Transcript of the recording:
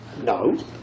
No